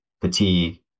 fatigue